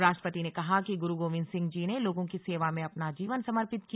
राष्ट्रपति ने कहा कि गुरु गोविन्द सिंह जी ने लोगों की सेवा में अपना जीवन समर्पित किया